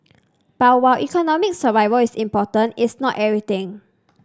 but while economic survival is important it's not everything